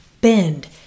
bend